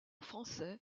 français